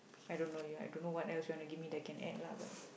I don't know you I don't know what else you wanna give me that can add lah but